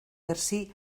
jxsí